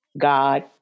God